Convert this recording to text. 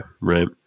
right